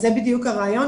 אז זה בדיוק הרעיון.